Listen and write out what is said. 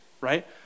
Right